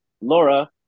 Laura